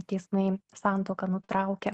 teismai santuoką nutraukia